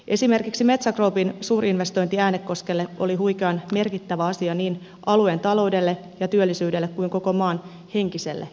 esimerkiksi metsä groupin suurinvestointi äänekoskelle oli huikean merkittävä asia niin alueen taloudelle ja työllisyydelle kuin koko maan henkiselle ilmapiirillekin